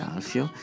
Alfio